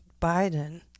Biden